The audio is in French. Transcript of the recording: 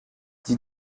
dis